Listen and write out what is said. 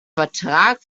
vertrag